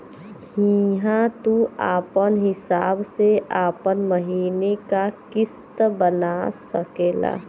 हिंया तू आपन हिसाब से आपन महीने का किस्त बना सकेल